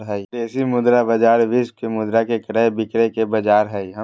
विदेशी मुद्रा बाजार विश्व के मुद्रा के क्रय विक्रय के बाजार हय